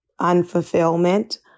unfulfillment